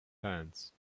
pants